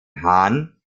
hahn